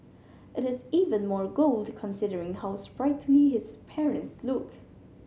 it is even more gold considering how sprightly his parents look